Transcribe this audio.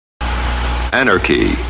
Anarchy